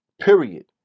Period